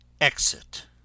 Exit